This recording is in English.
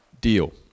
deal